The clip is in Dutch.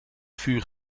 vuur